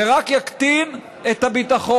זה רק יקטין את הביטחון,